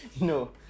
No